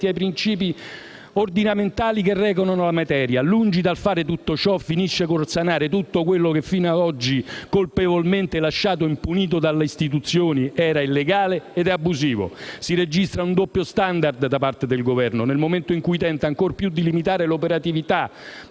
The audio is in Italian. ai principi ordinamentali che regolano la materia, lungi dal fare tutto ciò, finisce col sanare tutto quello che fino ad oggi, colpevolmente lasciato impunito dalle istituzioni, era illegale ed abusivo. Si registra un doppio *standard* da parte del Governo, nel momento in cui tenta ancor più di limitare l'operatività